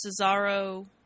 Cesaro